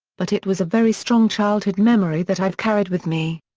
but it was a very strong childhood memory that i've carried with me.